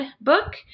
book